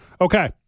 Okay